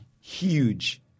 huge